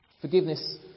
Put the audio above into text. Forgiveness